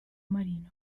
marino